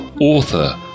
author